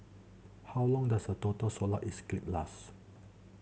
how long does a total solar last